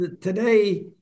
Today